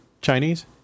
Chinese